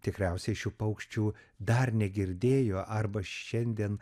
tikriausiai šių paukščių dar negirdėjo arba šiandien